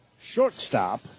shortstop